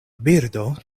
birdo